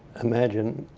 imagine,